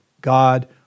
God